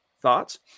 Thoughts